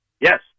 yes